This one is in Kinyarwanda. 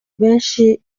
benshi